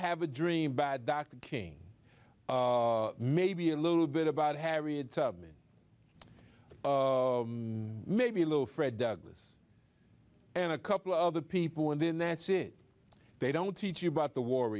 have a dream bad dr king maybe a little bit about harriet tubman maybe a little fred douglas and a couple of other people and then that's it they don't teach you about the war